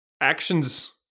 Actions